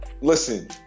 Listen